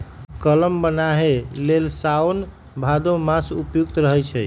कलम बान्हे लेल साओन भादो मास उपयुक्त रहै छै